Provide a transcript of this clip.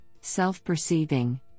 self-perceiving